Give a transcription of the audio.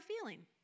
feeling